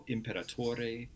Imperatore